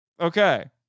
okay